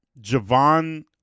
Javon